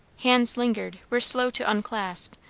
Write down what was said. hands lingered, were slow to unclasp,